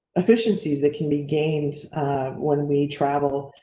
efficiencies that can be gained when we travel.